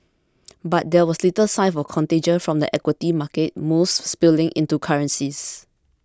but there was little sign of contagion from the equity market moves spilling into currencies